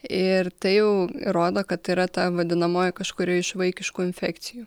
ir tai jau rodo kad yra ta vadinamoji kažkuri iš vaikiškų infekcijų